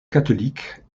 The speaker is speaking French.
catholique